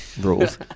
rules